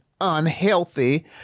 unhealthy